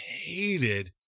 hated